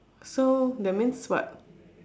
so that means what